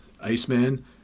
Iceman